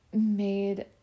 made